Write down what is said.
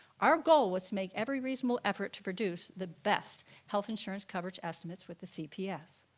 our goal was to make every reasonable effort to produce the best health insurance coverage estimates with the cps.